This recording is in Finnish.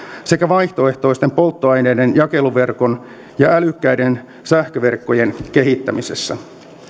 sekä vaihtoehtoisten polttoaineiden jakeluverkon ja älykkäiden sähköverkkojen kehittämisessä